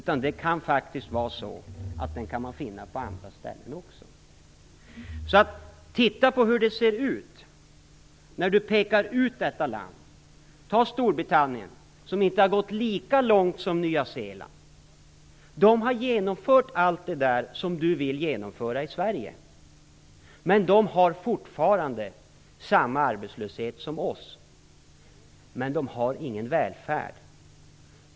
Man kan nog finna den på andra ställen också. Titta på hur det ser ut när du pekar ut detta land. Se på Storbritannien, som inte har gått lika långt som Nya Zeeland. Där har man genomfört allt det som du vill genomföra i Sverige. Där har man fortfarande samma arbetslöshet som vi, men man har ingen välfärd.